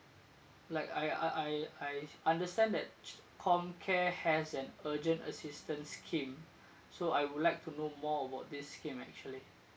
like I I I I understand that ch~ COMCARE has an urgent assistance scheme so I would like to know more about this scheme actually